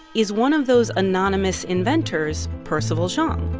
is one of those anonymous inventors percival zhang.